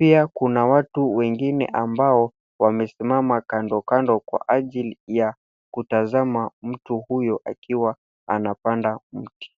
pia kuna watu wengine ambao wamesimama kando kando kwa ajili ya kutazama mtu huyu akiwa anapanda mti.